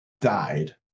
died